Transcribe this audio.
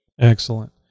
Excellent